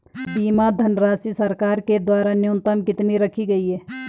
बीमा धनराशि सरकार के द्वारा न्यूनतम कितनी रखी गई है?